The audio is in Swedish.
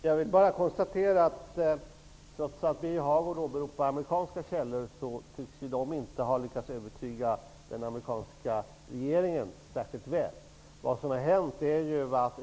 Herr talman! Jag vill bara konstatera att de amerikanska källor Birger Hagård åberopar inte tycks ha lyckats övertyga den amerikanska regeringen särskilt väl.